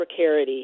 precarity